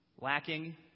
lacking